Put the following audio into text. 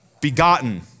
begotten